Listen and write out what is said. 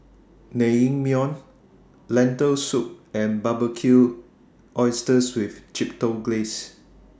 Naengmyeon Lentil Soup and Barbecued Oysters with Chipotle Glaze